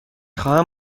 خواهم